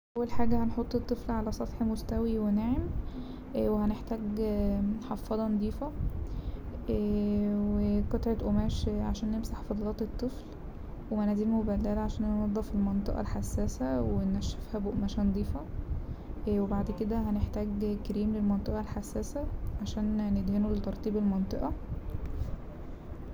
اول حاجة هنحط الطفل على سطح مستوي وناعم وهنحتاج حفاضة نضيفة وقطعة قماش عشان نمسح فضلات الطفل ومناديل مبلله عشان ننضف المنطقة الحساسة وننشفها بقماشة نضيفة وبعد كده هنحتاج كريم للمنطقة الحساسة عشان ندهنه لترطيب المنطقة.